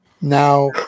Now